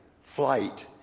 flight